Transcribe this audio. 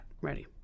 ready